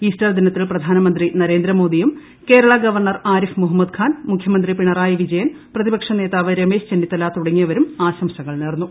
Easter ദിനത്തിൽ പ്രധാനമന്ത്രി നരേന്ദ്രമോദിയും കേരള ഗവർണ്ണർ ആരിഫ് മുഹമ്മദ് ഖാൻ മുഖ്യമ്പ്രന്തി പിണറായി വിജയൻ പ്രതിപക്ഷ നേതാവ് രമേശ് ചെന്നിത്തല തുടങ്ങിയവരും ആശംസകൾ നേർന്നു